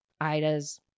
Ida's